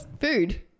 Food